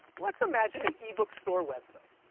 let's imagine an ebook store website.